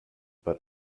but